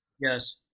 yes